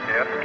Yes